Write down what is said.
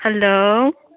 hello